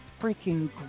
freaking